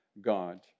God